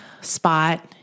spot